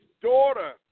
daughter